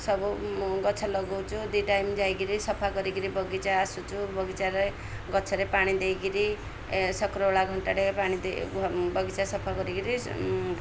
ସବୁ ଗଛ ଲଗଉଛୁ ଦୁଇ ଟାଇମ୍ ଯାଇକିରି ସଫା କରିକିରି ବଗିଚା ଆସୁଛୁ ବଗିଚାରେ ଗଛରେ ପାଣି ଦେଇକିରି ଏ ସକ୍ରଅଳା ଘଣ୍ଟା ଟେ ପାଣି ଦେଇ ବଗିଚା ସଫା କରିକିରି